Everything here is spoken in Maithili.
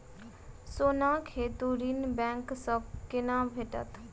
सोनाक हेतु ऋण बैंक सँ केना भेटत?